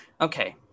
Okay